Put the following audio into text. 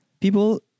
people